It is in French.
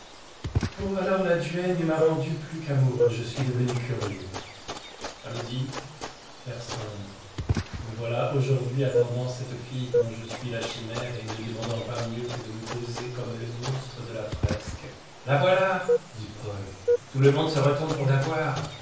alors la duègne m'a rendu plus qu'amoureux je suis devenu curieux samedi personne me voilà aujourd'hui attendant cette fille dont je suis la chimère et ne demandant pas mieux que de me poser comme le monstre de la fresque la voilà dit paul tout le monde se retourne pour la voir